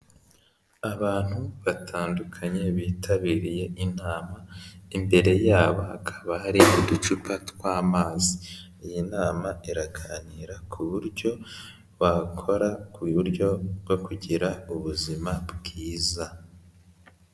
Abantu batandukanye bitabiriye inama, imbere yabo hakaba hari uducupa tw'amazi, iyi nama iraganira ku buryo bakora, ku buryo bwo kugira ubuzima bwiza.